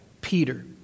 Peter